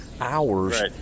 hours